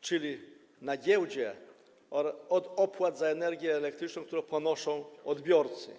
czyli na giełdzie, od opłat za energię elektryczną, które ponoszą odbiorcy.